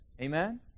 Amen